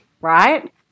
Right